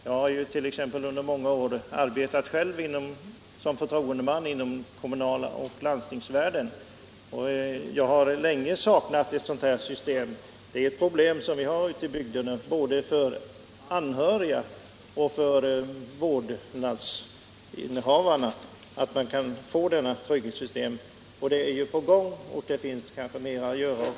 Jag har själv under många år arbetat som förtroendeman både inom den kommunala sektorn och inom landstingen, och jag har länge saknat ett sådant här trygghetssystem. Det skulle också vara av stort värde för både anhöriga och vårdnadshavare. Nu har alltså en rad åtgärder vidtagits, och det finns säkert ännu mer att göra.